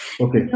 okay